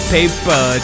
Paper